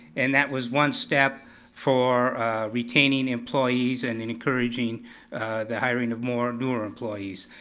and that was one step for retaining employees and in encouraging the hiring of more, newer employees.